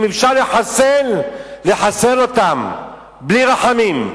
אם אפשר לחסל, לחסל אותם בלי רחמים.